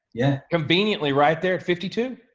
yeah. conveniently right there at fifty two.